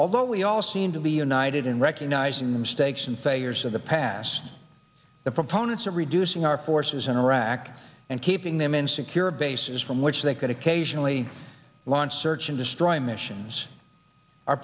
although we all seem to be united in recognizing the mistakes and failures of the past the proponents of reducing our forces in iraq and keeping them in secure bases from which they could occasionally launch search and destroy missions are